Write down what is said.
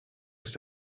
ist